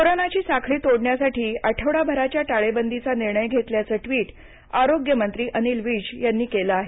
कोरोनाची साखळी तोडण्यासाठी आठवडाभराच्या टाळेबंदीचा निर्णय घेतल्याचं ट्विट आरोग्यमंत्री अनिल विज यांनी केलं आहे